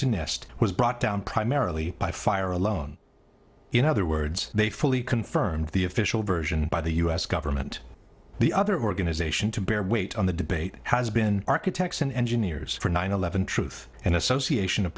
to nest was brought down primarily by fire alone in other words they fully confirmed the official version by the us government the other organization to bear weight on the debate has been architects and engineers for nine eleven truth and association of